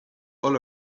all